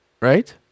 right